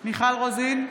רוזין,